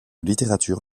littérature